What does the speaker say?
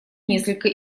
несколько